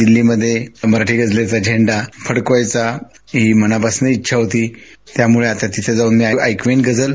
दिल्लीमध्ये मराठी गझलेचा झेंडा फडकवायचा ही मनापासनं इच्छा होती त्यामुळे तिथे जाऊन मी आता ऐकविन गझल